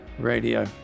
radio